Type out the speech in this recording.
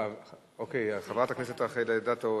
חברת הכנסת רחל אדטו,